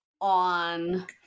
on